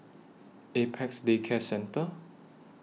Apex Day Care Centre